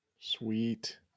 Sweet